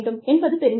என்பது தெரிந்துள்ளது